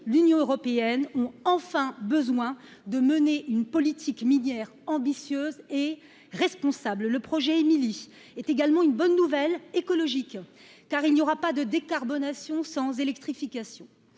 l'Union européenne ont enfin besoin de mener une politique minière ambitieuse et responsable, le projet Emilie est également une bonne nouvelle écologique car il n'y aura pas de décarbonation sans électrification